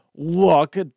Look